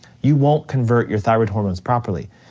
you won't convert your thyroid hormones properly.